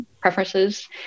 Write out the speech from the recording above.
preferences